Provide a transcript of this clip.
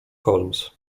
holmes